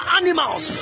animals